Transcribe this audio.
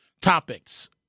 topics